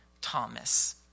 Thomas